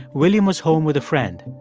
william was home with a friend.